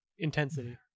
Intensity